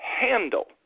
handle